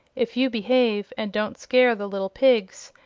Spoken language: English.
if you behave, and don't scare the little pigs,